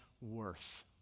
worth